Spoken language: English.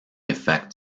effect